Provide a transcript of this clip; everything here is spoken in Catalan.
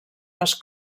les